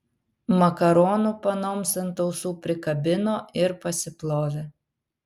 makaronų panoms ant ausų prikabino ir pasiplovė